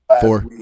four